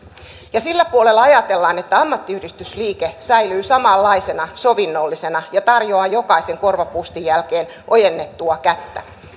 ja sillä puolella ajatellaan että ammattiyhdistysliike säilyy samanlaisena sovinnollisena ja tarjoaa jokaisen korvapuustin jälkeen ojennettua kättä